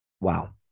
Wow